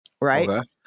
right